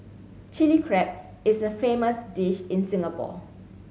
Chilli Crab is a famous dish in Singapore